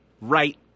right